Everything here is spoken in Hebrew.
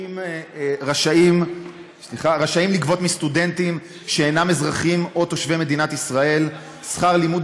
רשאים לגבות מסטודנטים שאינם אזרחים או תושבי מדינת ישראל שכר לימוד